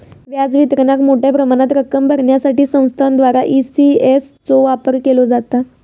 व्याज वितरणाक मोठ्या प्रमाणात रक्कम भरण्यासाठी संस्थांद्वारा ई.सी.एस चो वापर केलो जाता